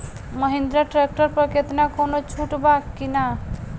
Mahindra tractor पर केतना कौनो छूट बा कि ना?